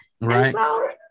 right